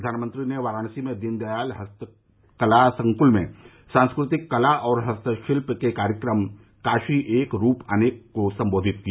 प्रधानमंत्री ने वाराणसी में दीनदयाल हस्तकला संक्ल में सांस्कृतिक कला और हस्तशिल्प के कार्यक्रम काशी ऐक रूप अनेक को संबोधित किया